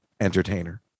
entertainer